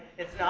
it's not